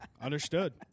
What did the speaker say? Understood